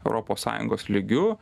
europos sąjungos lygiu